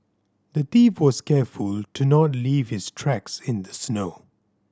the thief was careful to not leave his tracks in the snow